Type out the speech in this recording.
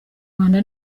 rwanda